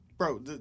Bro